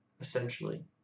essentially